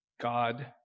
God